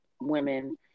women